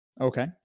Okay